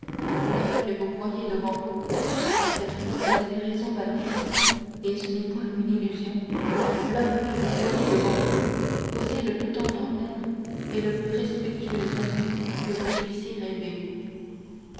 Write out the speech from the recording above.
l'homme que vous voyez devant vous car cette fois vous avez raison valentine et ce n'est point une illusion l'homme que vous voyez devant vous est le plus tendre père et le plus respectueux ami que vous puissiez rêver